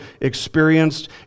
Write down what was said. experienced